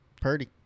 Purdy